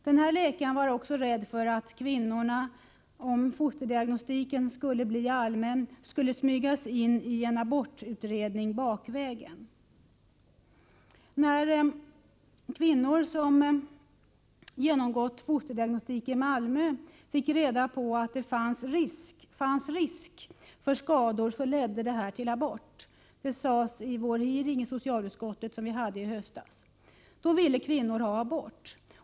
Denne läkare var också rädd för att kvinnor — om fosterdiagnostiken skulle bli allmän — skulle smygas in i en abortutredning bakvägen. När kvinnor som genomgått fosterdiagnostik i Malmö fick reda på att det fanns risk för skador, ledde det till abort. Det sades vid den hearing vi hade i socialutskottet i höstas. Kvinnorna ville alltså ha abort.